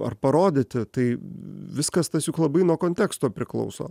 ar parodyti tai viskas tas juk labai nuo konteksto priklauso